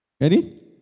Ready